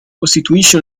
costituisce